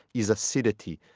is acidity.